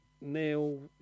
Neil